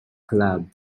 club